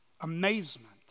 amazement